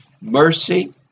mercy